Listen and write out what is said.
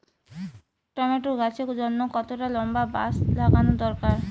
Tomato গাছের জন্যে কতটা লম্বা বাস লাগানো দরকার?